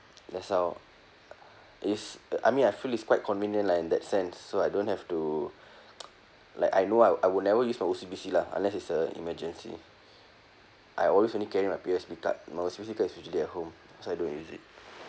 that's how is I mean I feel is quite convenient lah in that sense so I don't have to like I know I I would never use my O_C_B_C lah unless it's uh emergency I always only carry my P_O_S_B card my O_C_B_C card is usually at home so I don't use it